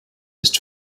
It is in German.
ist